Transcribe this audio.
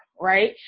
right